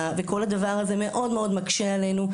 וכל הדבר הזה מאוד מאוד מקשה עלינו.